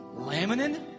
laminin